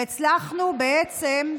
והצלחנו, בעצם,